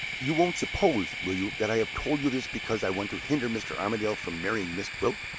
you won't suppose, will you, that i have told you this because i want to hinder mr. armadale from marrying miss gwilt?